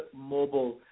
mobile